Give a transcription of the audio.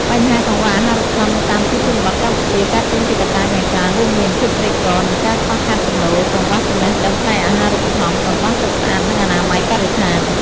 បញ្ហាកង្វះអាហារូបត្ថម្ភនៅតាមទីជនបទកម្ពុជា កើតចេញពីកត្តាយ៉ាងច្រើនរួមមាន ភាពក្រីក្រ និងការខ្វះខាតចំណូល កង្វះចំណេះដឹងផ្នែកអាហារូបត្ថម្ភ កង្វះទឹកស្អាត និងអនាម័យបរិស្ថាន។